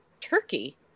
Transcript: Turkey